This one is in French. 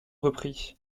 reprit